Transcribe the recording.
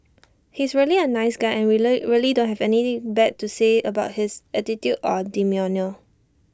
he is really A nice guy and we really don't have anything bad to say about his attitude or demeanour